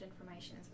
information